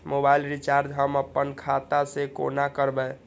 Mobile recharge हम आपन खाता से कोना करबै?